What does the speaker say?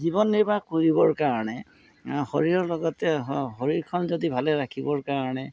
জীৱন নিৰ্বাহ কৰিবৰ কাৰণে শৰীৰৰ লগতে শ শৰীৰখন যদি ভালে ৰাখিবৰ কাৰণে